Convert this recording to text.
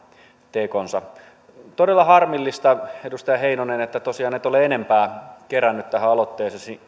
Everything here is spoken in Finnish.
tekonsa todella harmillista edustaja heinonen että tosiaan et ole enempää kerännyt tähän aloitteeseesi nimiä